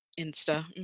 Insta